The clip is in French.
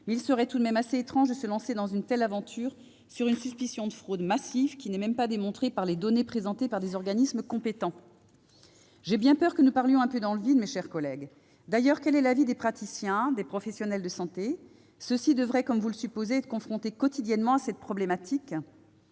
mais il serait étrange de se lancer dans une telle aventure sur le fondement d'une suspicion de fraude massive, laquelle n'est même pas démontrée par les données présentées par les organismes compétents. J'ai bien peur que nous parlions un peu dans le vide, mes chers collègues. Quel est, d'ailleurs, l'avis des praticiens et des professionnels de santé, qui devraient, comme vous l'affirmez, être confrontés quotidiennement à cette problématique ?